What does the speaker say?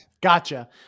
gotcha